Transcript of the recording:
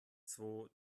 zwo